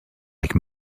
like